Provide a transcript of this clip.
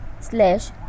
slash